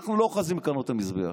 אנחנו לא אוחזים בקרנות המזבח.